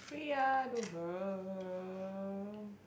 we are the world